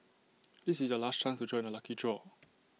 this is your last chance to join the lucky draw